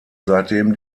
seitdem